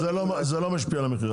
זה לא משפיע על המחיר,